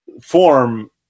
form